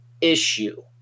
issue